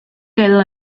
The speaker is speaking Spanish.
quedó